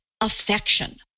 affection